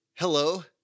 Hello